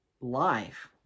life